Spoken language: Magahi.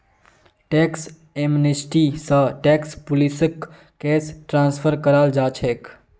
टैक्स एमनेस्टी स टैक्स पुलिसक केस ट्रांसफर कराल जा छेक